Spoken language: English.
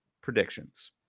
predictions